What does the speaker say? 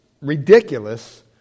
ridiculous